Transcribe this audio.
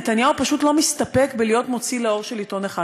נתניהו פשוט לא מסתפק בלהיות מוציא לאור של עיתון אחד,